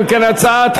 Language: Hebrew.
אם כן,